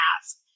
ask